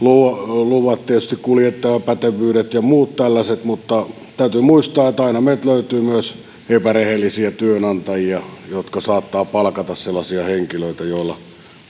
luvat tietysti kuljettajan pätevyydet ja muut tällaiset mutta täytyy muistaa että aina meiltä löytyy myös epärehellisiä työnantajia jotka saattavat palkata sellaisia henkilöitä joilla